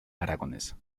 aragonesa